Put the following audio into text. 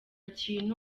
kintu